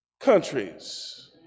Countries